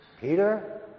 Peter